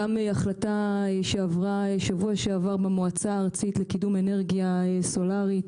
גם החלטה שעברה שבוע שעבר במועצה הארצית לקידום אנרגיה סולרית